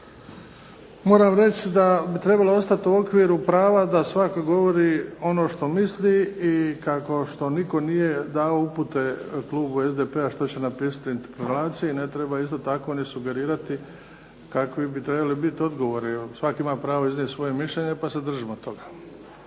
Moram reći da bi trebalo ostati u okviru prava da svak govori ono što misli i kao što nitko nije dao upute klubu SDP-a što će napisati u interpelaciji ne treba isto tako ni sugerirati kakvi bi trebali biti odgovori. Svak ima pravo iznijeti svoje mišljenje pa se držimo toga.